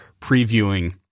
previewing